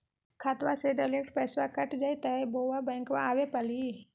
खाताबा से डायरेक्ट पैसबा कट जयते बोया बंकबा आए परी?